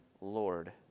Lord